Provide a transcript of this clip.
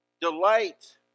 Delight